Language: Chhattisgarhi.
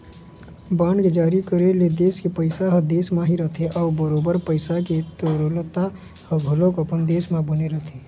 बांड के जारी करे ले देश के पइसा ह देश म ही रहिथे अउ बरोबर पइसा के तरलता ह घलोक अपने देश म बने रहिथे